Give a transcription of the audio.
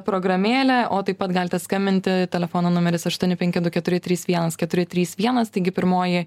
programėlę o taip pat galite skambinti telefono numeris aštuoni penki du keturi trys vienas keturi trys vienas taigi pirmoji